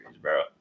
bro